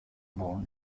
born